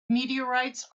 meteorites